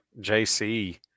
JC